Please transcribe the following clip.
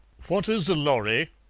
what is a lorry?